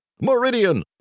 Meridian